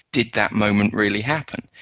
did that moment really happen?